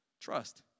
Trust